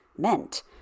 meant